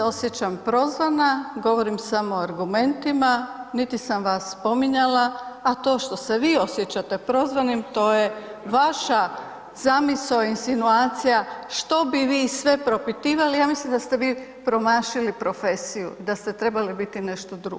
Niti se osjećam prozvana, govorim samo o argumentima, niti sam vas spominjala, a to što se vi osjećate prozvanim to je vaša zamisao i insinuacija što bi vi sve propitivali, ja mislim da ste vi promašili profesiju, da ste trebali biti nešto drugo